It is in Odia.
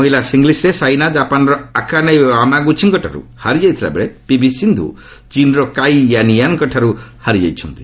ମହିଳା ସିଙ୍ଗଲ୍ସ୍ରେ ସାଇନା ଜାପାନ୍ର ଅକାନେ ୟାମାଗୁଚିଙ୍କଠାରୁ ହାରିଯାଇଥିଲାବେଳେ ପିଭି ସିନ୍ଧ୍ର ଚୀନ୍ର କାଇ ୟାନିୟାନ୍ଙ୍କଠାରୁ ହାରିଯାଇଛନ୍ତି